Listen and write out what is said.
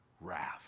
wrath